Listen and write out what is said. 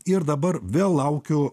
ir dabar vėl laukiu